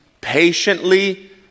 patiently